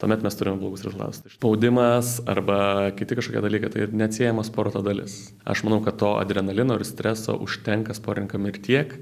tuomet mes turim blogus rezultatus spaudimas arba kiti kažkokie dalykai tai neatsiejama sporto dalis aš manau kad to adrenalino ir streso užtenka sportininkam ir tiek